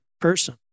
person